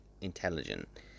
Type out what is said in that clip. intelligent